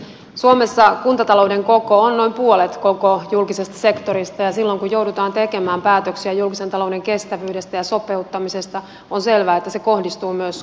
suomessa kuntatalouden koko on noin puolet koko julkisesta sektorista ja silloin kun joudutaan tekemään päätöksiä julkisen talouden kestävyydestä ja sopeuttamisesta on selvää että se kohdistuu myös kuntiin